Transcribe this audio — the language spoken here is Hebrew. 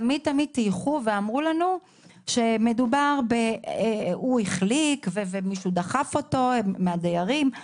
תמיד טייחו ואמרו לנו שהוא החליק או שמישהו מהדיירים דחף אותו,